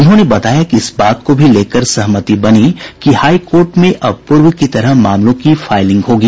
उन्होंने बताया कि इस बात को भी लेकर सहमति बनी कि होई कोर्ट में अब पूर्व की तरह मामलों की फाइलिंग होगी